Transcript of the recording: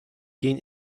gain